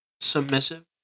submissive